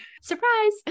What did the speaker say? Surprise